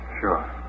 Sure